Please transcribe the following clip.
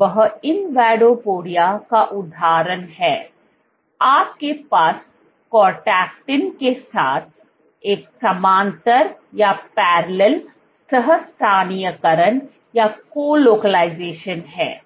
वह इनवेडोपोडिया का उदाहरण है आपके पास कोर्टेक्टिन के साथ एक समानांतर सह स्थानीयकरण है